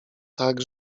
tak